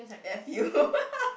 F U